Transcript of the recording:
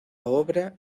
obra